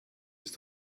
ist